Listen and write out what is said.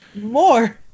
More